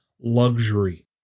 luxury